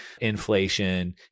inflation